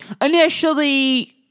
Initially